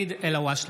אלהואשלה,